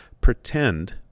Pretend